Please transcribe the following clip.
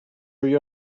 you